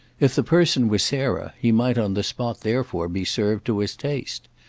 if the person were sarah he might on the spot therefore be served to his taste.